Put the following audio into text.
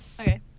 Okay